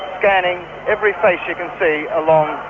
scanning every face you can see along